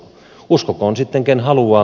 uskokoon sitten ken haluaa